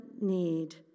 need